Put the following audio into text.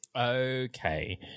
Okay